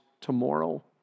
tomorrow